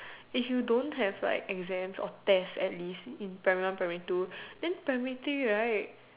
if you don't have like exams or tests at least in primary one primary two then primary three right